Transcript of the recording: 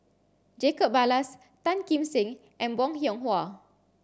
Jacob Ballas Tan Kim Seng and Bong Hiong Hwa